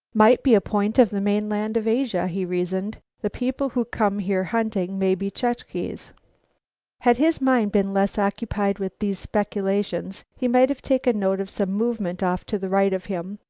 might be a point of the mainland of asia, he reasoned. the people who come here hunting may be chukches. had his mind been less occupied with these speculations he might have taken note of some movement off to the right of him.